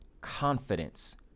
confidence